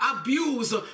abuse